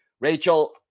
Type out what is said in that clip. Rachel